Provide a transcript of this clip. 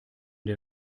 der